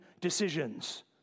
decisions